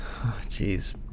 Jeez